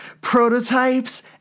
Prototypes